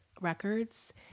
records